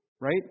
right